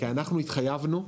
כי אנחנו התחייבנו,